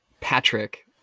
Patrick